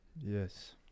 Yes